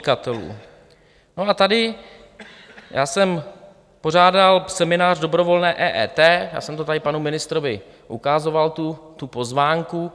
No a tady já jsem pořádal seminář dobrovolné EET, já jsem to tady panu ministrovi ukazoval, tu pozvánku.